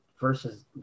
versus